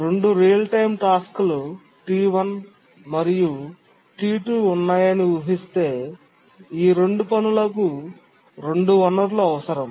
రెండు real time టాస్క్లు T1 మరియు T2 ఉన్నాయని ఊహిస్తే ఈ రెండు పనులకు రెండు వనరులు అవసరం